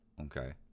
Okay